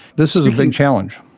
this is a big challenge.